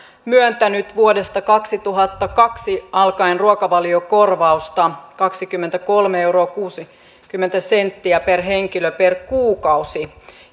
myöntänyt vuodesta kaksituhattakaksi alkaen ruokavaliokorvausta kaksikymmentäkolme euroa kuusikymmentä senttiä per henkilö per kuukausi